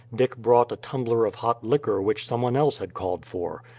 dick brought a tumbler of hot liquor which someone else had called for.